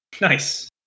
Nice